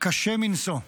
קשה מנשוא,